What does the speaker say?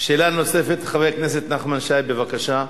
שאלה נוספת לחבר הכנסת נחמן שי, בבקשה.